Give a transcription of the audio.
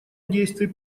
действий